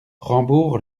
rambourg